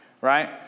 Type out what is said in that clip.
right